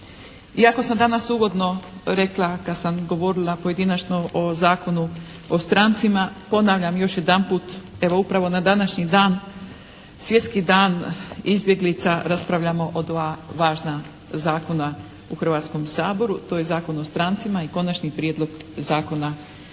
Iako sam danas uvodno rekla kada sam govorila pojedinačno o Zakonu o strancima, ponavljam još jedanput, evo upravo na današnji dan, svjetski dan izbjeglica raspravljamo o dva važna zakona u Hrvatskom saboru, to je Zakon o strancima i Konačni prijedlog Zakona o azilu.